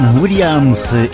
Williams